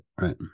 right